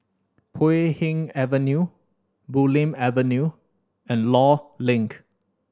Puay Hee Avenue Bulim Avenue and Law Link